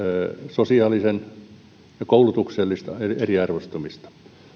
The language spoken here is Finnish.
sosiaalista ja koulutuksellista eriarvoistumista